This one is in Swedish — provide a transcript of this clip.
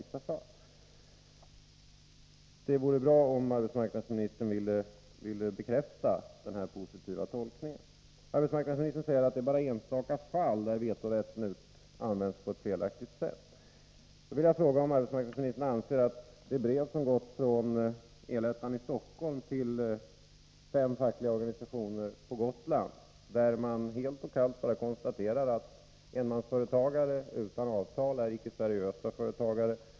Det vore bra om arbetsmarknadsministern ville bekräfta den här positiva tolkningen. Arbetsmarknadsministern säger att vetorätt nu bara i enstaka fall används på ett felaktigt sätt. Då vill jag fråga vad arbetsmarknadsministern anser om det brev som gått från El-ettan i Stockholm till fem fackliga organisationer på Gotland — där man helt kallt bara konstaterar att enmansföretagare utan avtal inte är seriösa företagare.